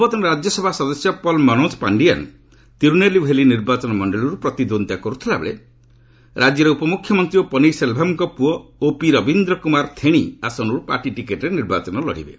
ପୂର୍ବତନ ରାଜ୍ୟସଭା ସଦସ୍ୟ ପଲ୍ ମନୋଜ ପାଣ୍ଡିଆନ୍ ତିରୁନେଲ୍ଭେଲି ନିର୍ବାଚନ ମଣ୍ଡଳୀରୁ ପ୍ରତିଦ୍ୱନ୍ଦ୍ୱୀତା କରୁଥିବାବେଳେ ରାଜ୍ୟର ଉପ ମୁଖ୍ୟମନ୍ତ୍ରୀ ଓ ପନୀର ସେଲଭମ୍ଙ୍କ ପୁଅ ଓପି ରବୀନ୍ଦ୍ରନାଥ କୁମାର ଥେଣି ଆସନରୁ ପାର୍ଟି ଟିକେଟ୍ରେ ନିର୍ବାଚନ ଲଢ଼ିବେ